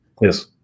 Yes